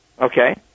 Okay